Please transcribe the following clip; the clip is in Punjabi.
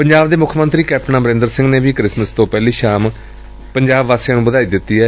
ਪੰਜਾਬ ਦੇ ਮੁੱਖ ਮੰਤਰੀ ਕੈਪਟਨ ਅਮਰੰਦਰ ਸਿੰਘ ਨੇ ਵੀ ਕ੍ਰਿਸਮਿਸ ਤੋਂ ਪਹਿਲੀ ਸ਼ਾਮ ਪੰਜਾਬ ਵਾਸੀਆਂ ਨੂੰ ਵਧਾਈ ਦਿੱਤੀ ਏ